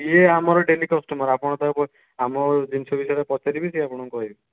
ସିଏ ଆମର daily customer ଆପଣ ତାଙ୍କୁ ଆମ ଜିନିଷ ବିଷୟରେ ପଚାରିବେ ସିଏ ଆପଣଙ୍କୁ କହିବେ